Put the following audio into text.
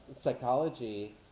psychology